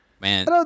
Man